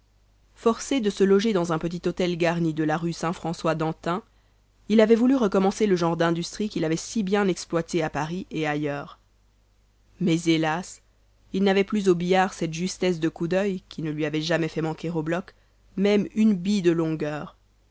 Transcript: forcé de se loger dans un petit hôtel garni de la rue saint-nicolas d'antin il avait voulu recommencer le genre d'industrie qu'il avait si bien exploité à paris et ailleurs mais hélas il n'avait plus au billard cette justesse de coup d'oeil qui ne lui avait jamais fait manquer au bloc même une bille de longueur